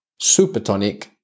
supertonic